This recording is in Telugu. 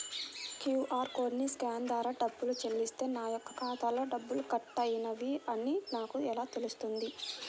క్యూ.అర్ కోడ్ని స్కాన్ ద్వారా డబ్బులు చెల్లిస్తే నా యొక్క ఖాతాలో డబ్బులు కట్ అయినవి అని నాకు ఎలా తెలుస్తుంది?